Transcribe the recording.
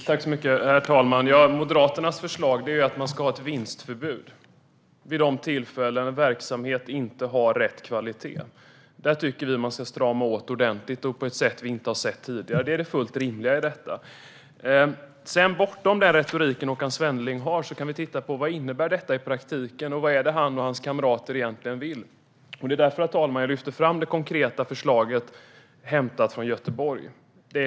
Herr talman! Moderaternas förslag är att man ska ha ett vinstförbud vid de tillfällen då en verksamhet inte håller rätt kvalitet. Här tycker vi att man ska strama åt ordentligt och på ett sätt vi inte har sett tidigare. Det är fullt rimligt. Låt oss titta bortom Håkan Svennelings retorik och se vad detta innebär i praktiken. Vad är det han och hans kamrater egentligen vill? Det var därför jag tog det konkreta exemplet från Göteborg.